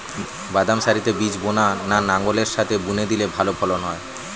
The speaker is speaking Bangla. বাদাম সারিতে বীজ বোনা না লাঙ্গলের সাথে বুনে দিলে ভালো ফলন হয়?